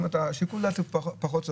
שיקול הדעת הוא פחות.